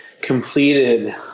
completed